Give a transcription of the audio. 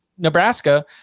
Nebraska